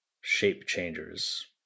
shape-changers